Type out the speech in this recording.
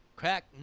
Crack